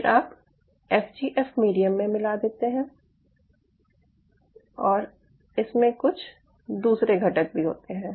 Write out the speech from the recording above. फिर आप FGF medium में मिला देते हैं और इसमें कुछ दूसरे घटक भी होते हैं